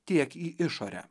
tiek į išorę